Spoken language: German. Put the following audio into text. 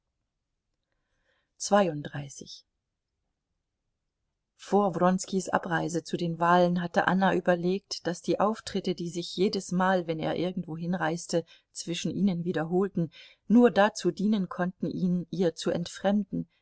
vor wronskis abreise zu den wahlen hatte anna überlegt daß die auftritte die sich jedesmal wenn er irgendwohin reiste zwischen ihnen wiederholten nur dazu dienen konnten ihn ihr zu entfremden